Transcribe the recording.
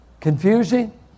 Confusing